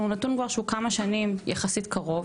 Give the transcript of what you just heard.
הוא נתון שהוא כבר כמה שנים יחסית קרוב,